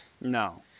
No